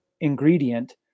ingredient